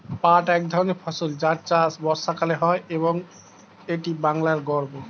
পাট এক ধরনের ফসল যার চাষ বর্ষাকালে হয় এবং এটি বাংলার গর্ব